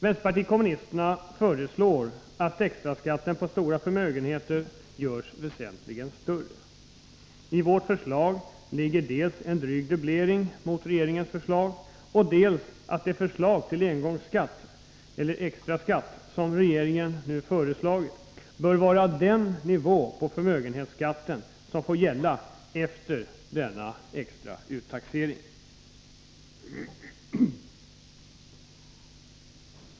Vänsterpartiet kommunisterna föreslår att extraskatten på stora förmögenheter görs väsentligen större. I vårt förslag ligger dels en dryg dubblering av regeringens förslag, dels att den nivå som uppnås genom regeringens förslag till engångsskatt — eller extraskatt — bör vara den förmögenhetsskattenivå som skall gälla efter denna extra uttaxering.